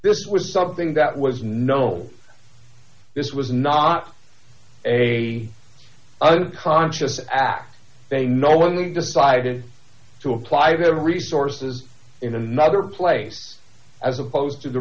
this was something that was no this was not a conscious act they normally decided to apply their resources in another place as opposed to the